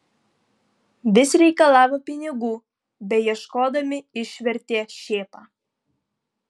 vis reikalavo pinigų beieškodami išvertė šėpą